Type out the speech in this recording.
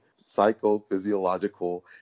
psychophysiological